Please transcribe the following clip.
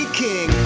king